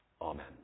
Amen